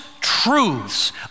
truths